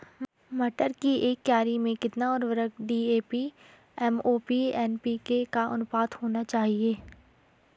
मटर की एक क्यारी में कितना उर्वरक डी.ए.पी एम.ओ.पी एन.पी.के का अनुपात होना चाहिए?